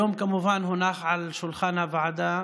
היום כמובן הונחה על שולחן הוועדה